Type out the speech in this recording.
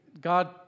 God